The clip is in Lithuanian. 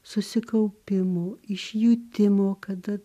susikaupimo iš jutimo kada